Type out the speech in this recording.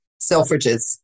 Selfridges